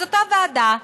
אז אותה ועדה,